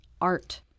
art